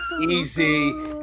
easy